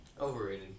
overrated